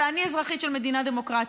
ואני אזרחית של מדינה דמוקרטית.